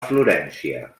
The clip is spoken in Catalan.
florència